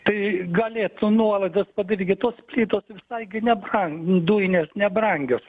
tai galėtų nuolaidas vat irgi tos plytos visai gi nebran dujinės nebrangios